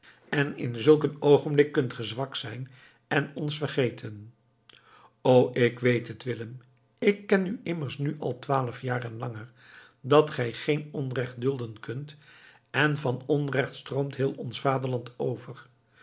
en in zulk een oogenblik kunt ge zwak zijn en ons vergeten o ik weet het willem ik ken u immers nu al twaalf jaar en langer dat gij geen onrecht dulden kunt en van onrecht stroomt heel ons vaderland over